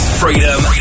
Freedom